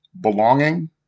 belonging